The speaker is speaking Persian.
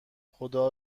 خدا